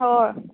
हय